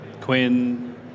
Quinn